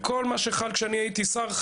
כל מה שחל כשאני הייתה שר,